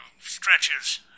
stretches